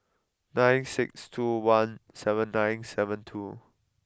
nine six two one seven nine seven two